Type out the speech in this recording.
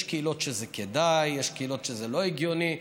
יש קהילות שזה כדאי, יש קהילות שזה לא הגיוני.